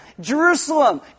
Jerusalem